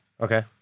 okay